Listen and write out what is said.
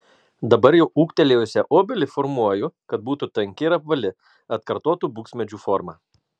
dabar jau ūgtelėjusią obelį formuoju kad būtų tanki ir apvali atkartotų buksmedžių formą